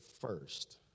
first